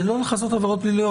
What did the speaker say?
זה לא לכסות עבירות פליליות.